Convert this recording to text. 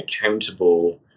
accountable